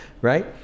right